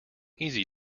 easy